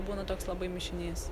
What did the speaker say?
būna toks labai mišinys